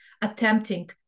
attempting